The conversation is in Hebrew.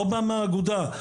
לא מהאגודה,